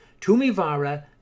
Tumivara